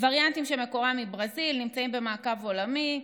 "וריאנטים שמקורם מברזיל נמצאים במעקב עולמי.